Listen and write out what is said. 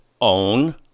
own